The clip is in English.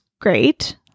great